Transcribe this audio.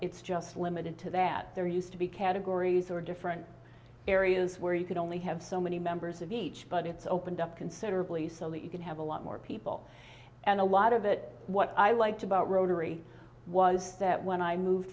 it's just limited to that there used to be categories or different areas where you could only have so many members of each but it's opened up considerably so that you can have a lot more people and a lot of it what i liked about rotary was that when i moved